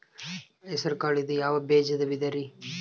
ಹೆಸರುಕಾಳು ಇದು ಯಾವ ಬೇಜದ ವಿಧರಿ?